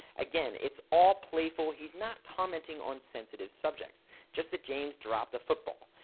again, it's all playful he's not commenting on sensitive subjects just that james drop the football.